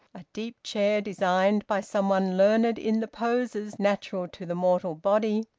a deep chair designed by some one learned in the poses natural to the mortal body,